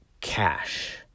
cash